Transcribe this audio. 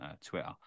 Twitter